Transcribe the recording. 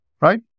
right